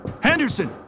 Henderson